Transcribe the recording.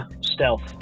stealth